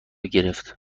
گرفت